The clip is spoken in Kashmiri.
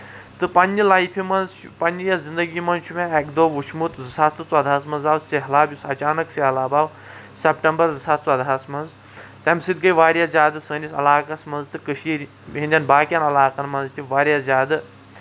تہٕ پَنٕنہِ لایفہِ منٛز پَنٕنہِ یَتھ زنٛدگی منٛز چھُ مےٚ اَکہِ دوہ وٕچھمُت زٕ ساس تہٕ ژۄدہَس منٛز آو سہلاب یُس اَچانَک سہلاب آو سیپٹمبر زٕ ساس ژۄدہَس منٛز تَمہِ سۭتۍ گے واریاہ زیادٕ سٲنِس علاقَس منٛز تہٕ کٔشیٖر ہٕنٛدٮ۪ن باقین علاقَن منٛز تہِ واریاہ زیادٕ